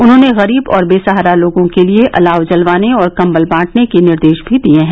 उन्होंने गरीव और बेसहारा लोगों के लिए अलाव जलवाने और कम्बल बांटने के निर्देश भी दिए हैं